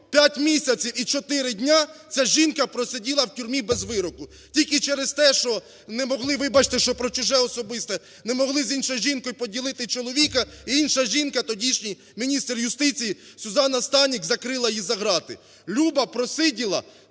5 місяців і 4 дні ця жінка просиділа в тюрмі без вироку тільки через те, що не могли, вибачте, що про чуже-особисте, не могли з іншою жінкою поділити чоловіка, інша жінка тодішній міністр юстиції Сюзанна Станік закрила її за ґрати. Люба просиділа